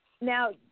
Now